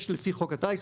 לפי חוק הטיס,